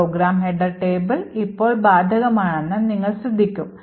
programme header table ഇപ്പോൾ ബാധകമാണെന്ന് നിങ്ങൾ ശ്രദ്ധിക്കും